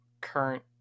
current